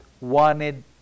wanted